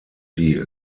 die